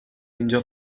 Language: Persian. اینجا